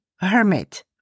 hermit